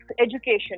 education